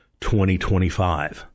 2025